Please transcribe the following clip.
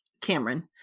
Cameron